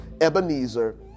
Ebenezer